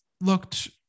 looked